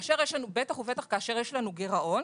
בטח ובטח כאשר יש לנו גירעון,